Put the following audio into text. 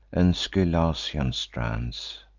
and scylacaean strands,